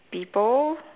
people